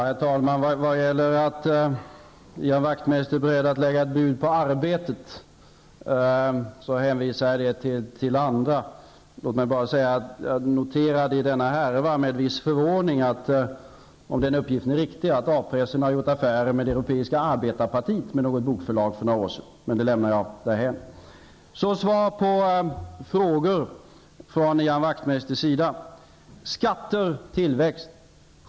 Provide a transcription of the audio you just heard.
Herr talman! Ian Wachtmeister är beredd att lägga ett bud på Arbetet. Jag hänvisar detta till andra. Låt mig bara säga att jag i denna härva med viss förvåning noterade att A-pressen för några år sedan gjorde affärer med något bokförlag inom Europeiska arbetarpartiet -- om nu denna uppgift är riktig. Jag lämnar emellertid detta därhän. Så svar på Ian Wachtmeisters frågor.